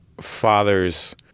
father's